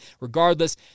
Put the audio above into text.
Regardless